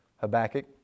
Habakkuk